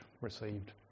received